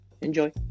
enjoy